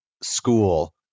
school